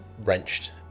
wrenched